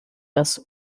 das